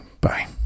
Bye